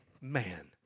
man